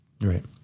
Right